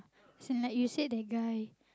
as in like you said that guy